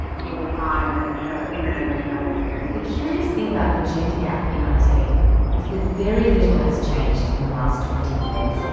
you will find that women are in those areas. the curious thing about the gender gap in ah it is that very little has changed in the last twenty years. and